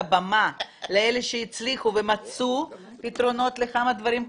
הבמה לאלה שהצליחו ומצאו פתרונות לכמה דברים כאלה,